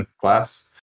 class